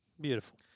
Beautiful